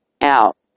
out